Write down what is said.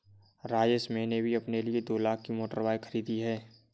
राजेश मैंने भी अपने लिए दो लाख की मोटर बाइक खरीदी है